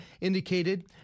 indicated